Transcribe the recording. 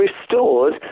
restored